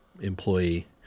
employee